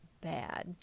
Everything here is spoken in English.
bad